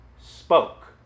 spoke